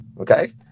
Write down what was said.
Okay